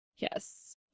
Yes